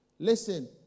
Listen